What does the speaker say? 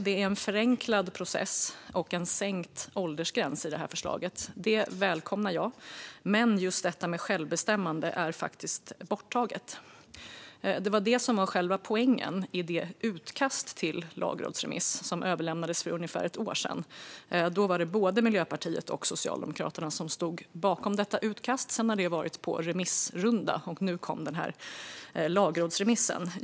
Det är en förenklad process och en sänkt åldersgräns i det här förslaget - det välkomnar jag. Men just detta med självbestämmande är faktiskt borttaget. Det var det som var själva poängen i det utkast till lagrådsremiss som överlämnades för ungefär ett år sedan. Det var både Miljöpartiet och Socialdemokraterna som stod bakom detta utkast. Sedan har det varit på remissrunda, och nu kom den här lagrådsremissen.